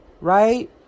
right